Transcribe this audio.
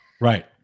right